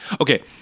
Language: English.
Okay